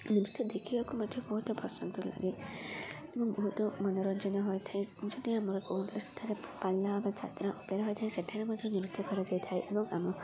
ନୃତ୍ୟ ଦେଖିବାକୁ ମଧ୍ୟ ବହୁତ ପସନ୍ଦ ଲାଗେ ଏବଂ ବହୁତ ମନୋରଞ୍ଜନ ହୋଇଥାଏ ଯଦି ଆମର କୌଣସି ଠାରେ ପାଲା ବା ଯାତ୍ରା ଅପେରା ହୋଇଥାଏ ସେଠାରେ ମଧ୍ୟ ନୃତ୍ୟ କରାଯାଇଥାଏ ଏବଂ ଆମ